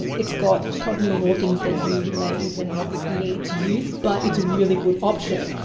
and it's got probably more things that you may even need to use, but it's a really good option.